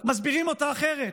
רק מסבירים אותה אחרת,